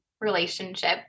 relationship